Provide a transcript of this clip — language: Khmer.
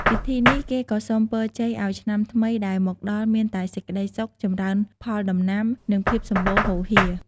ពិធីនេះ គេក៏សុំពរជ័យឲ្យឆ្នាំថ្មីដែលមកដល់មានតែសេចក្តីសុខ ចម្រើនផលដំណាំ និងភាពសម្បូរហូរហៀរ។